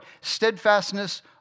Steadfastness